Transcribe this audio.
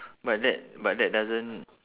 but that but that doesn't